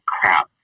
crap